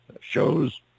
shows